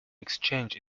exchange